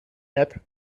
app